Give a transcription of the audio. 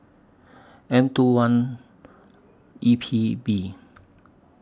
M two one E P B